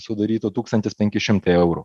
sudarytų tūkstantis penki šimtai eurų